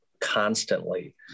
constantly